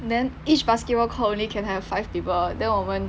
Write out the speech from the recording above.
then each basketball court only can have five people then 我们